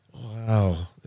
Wow